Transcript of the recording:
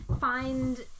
find